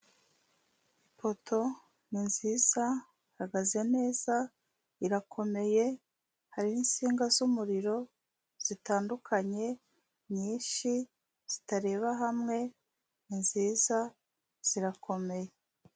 Ipoto ni nziza, ihagaze neza, irakomeye, hari n'insinga z'umuriro zitandukanye, nyinshi, zitareba hamwe, nziza, zirakomeye.